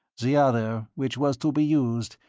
the other, which was to be used,